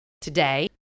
today